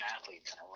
athletes